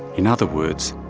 in other words,